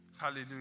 Hallelujah